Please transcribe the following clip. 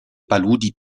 paludi